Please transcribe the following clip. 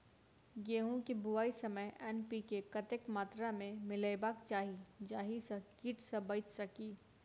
गेंहूँ केँ बुआई समय एन.पी.के कतेक मात्रा मे मिलायबाक चाहि जाहि सँ कीट सँ बचि सकी?